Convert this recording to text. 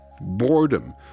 boredom